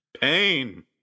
pain